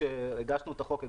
כשהגשנו את החוק,